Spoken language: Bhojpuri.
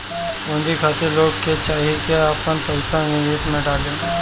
पूंजी खातिर लोग के चाही की आपन पईसा निवेश में डाले